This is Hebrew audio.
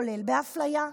כולל באפליה.